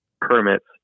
permits